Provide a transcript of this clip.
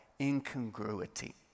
incongruity